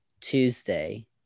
Tuesday